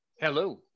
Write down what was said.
Hello